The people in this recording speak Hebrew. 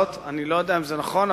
אני לא יודע אם זה נכון,